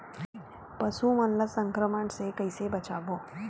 पशु मन ला संक्रमण से कइसे बचाबो?